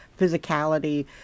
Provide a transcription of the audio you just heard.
physicality